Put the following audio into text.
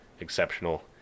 exceptional